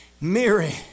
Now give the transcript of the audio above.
Mary